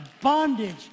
bondage